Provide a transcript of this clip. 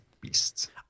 beasts